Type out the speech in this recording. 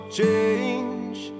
change